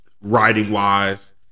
writing-wise